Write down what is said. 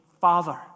Father